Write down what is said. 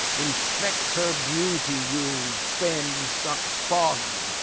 infect her beauty, you fen-suck'd fogs,